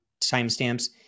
timestamps